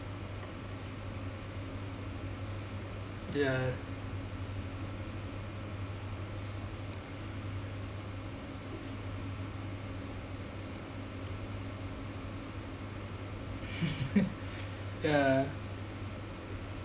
mm ya ya